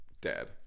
Dead